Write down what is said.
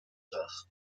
durch